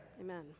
Amen